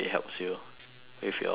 with your studies